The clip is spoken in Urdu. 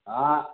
ہاں